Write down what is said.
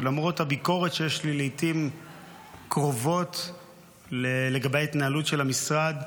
ולמרות הביקורת שיש לי לעיתים קרובות לגבי ההתנהלות של המשרד,